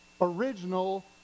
original